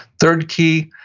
third key,